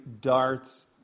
darts